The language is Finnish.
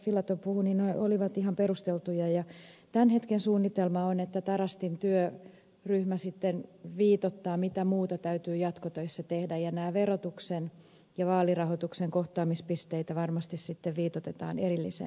filatov puhui olivat ihan perusteltuja ja tämän hetken suunnitelma on että tarastin työryhmä sitten viitoittaa mitä muuta täytyy jatkotöissä tehdä ja näitä verotuksen ja vaalirahoituksen kohtaamispisteitä varmasti sitten viitoitetaan erillisessä työryhmässä